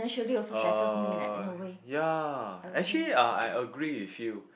uh ya actually uh I agree with you